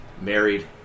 Married